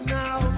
now